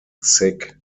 sick